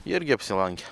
irgi apsilankė